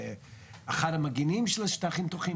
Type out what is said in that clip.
אחד המגנים של השטחים הפתוחים,